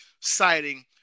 citing